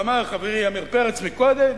ואמר חברי עמיר פרץ קודם,